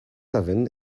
seven